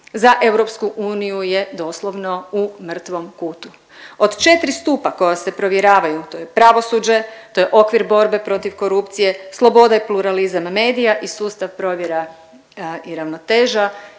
za EU je doslovno u mrtvom kutu. Od 4 stupa koja se provjeravaju, to je pravosuđe to je okvir borbe protiv korupcije, sloboda i pluralizam medija i sustav provjera i ravnoteža